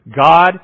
God